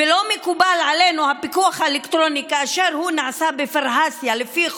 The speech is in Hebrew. ולא מקובל עלינו הפיקוח האלקטרוני כאשר הוא נעשה בפרהסיה לפי חוק,